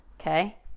okay